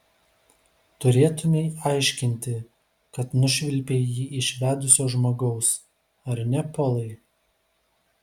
turėtumei aiškinti kad nušvilpei jį iš vedusio žmogaus ar ne polai